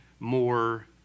more